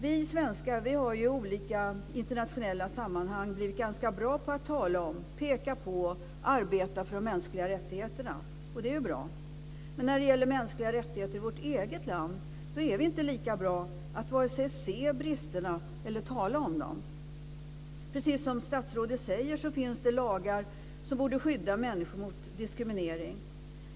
Vi svenskar har i olika internationella sammanhang blivit ganska bra på att tala om, peka på och arbeta för de mänskliga rättigheterna. Och det är bra. Men när det gäller mänskliga rättigheter i vårt eget land är vi inte lika bra på att vare sig se bristerna eller tala om dem. Precis som statsrådet säger finns det lagar som borde skydda människor mot diskriminering.